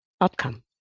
outcome